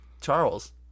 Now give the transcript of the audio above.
Charles